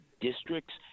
districts